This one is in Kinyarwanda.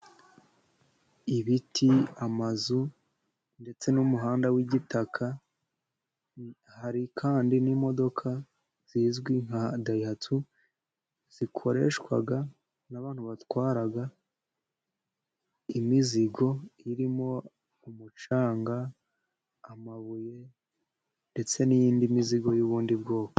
Ibiti, amazu ndetse n'umuhanda w'igitaka, hari kandi n'imodoka zizwi nka dayihastu zikoreshwa n'abantu batwara imizigo irimo umucanga, amabuye ndetse n'iyindi mizigo y'ubundi bwoko.